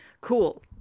cool